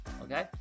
Okay